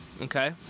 okay